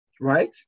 right